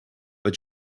but